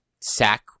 sack